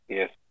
yes